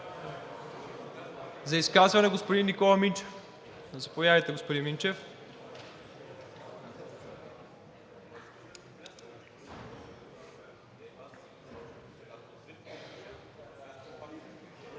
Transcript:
За изказване – господин Никола Минчев.